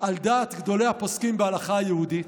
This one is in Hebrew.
על דעת גדולי הפוסקים בהלכה היהודית,